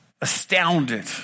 astounded